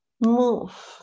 move